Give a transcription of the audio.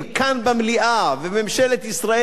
כאן במליאה ובממשלת ישראל,